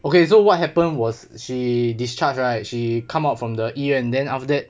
okay so what happened was she discharged right she come out from the 医院 and then after that